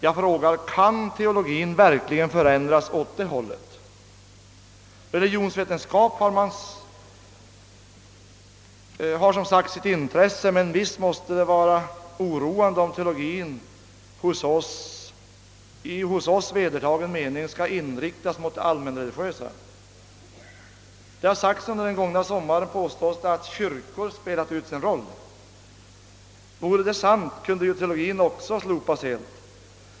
Jag frågar: Kan teologien verkligen förändras åt det hållet? Religionsvetenskap har som sagt sitt intresse, men visst måste det vara oroande om teologien i hos oss vedertagen mening skall inriktas mot det allmänreligiösa. Det har sagts under den gångna sommaren — påstås det — att kyrkor spelat ut sin roll. Vore det sant kunde ju teologien också slopas helt.